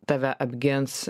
tave apgins